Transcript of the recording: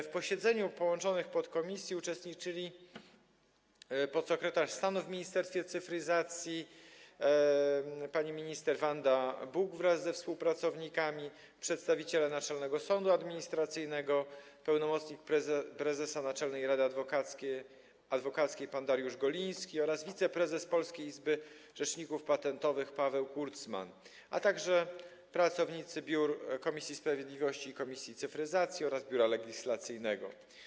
W posiedzeniu połączonych podkomisji uczestniczyli podsekretarz stanu w Ministerstwie Cyfryzacji pani minister Wanda Buk wraz ze współpracownikami, przedstawiciele Naczelnego Sądu Administracyjnego, pełnomocnik prezesa Naczelnej Rady Adwokackiej pan Dariusz Goliński oraz wiceprezes Polskiej Izby Rzeczników Patentowych Paweł Kurcman, a także pracownicy biur komisji sprawiedliwości i komisji cyfryzacji oraz Biura Legislacyjnego.